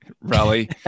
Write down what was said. rally